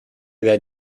that